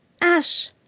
Ash